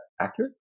accurate